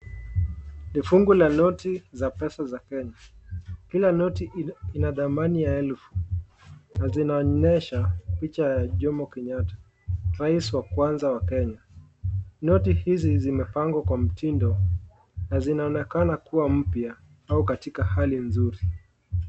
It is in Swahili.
Ni fungu la noti za pesa za kenya kila noti inathamani ya elfu na zinaonyesha picha ya Jomo Kenyatta rais wa kwanza wakenya noti hizi zimepangwa kwa mtindo na zinaonekana kuwa mpya au katika hali nzuri.